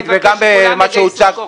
אני מבקש שכולם יגייסו כוחות.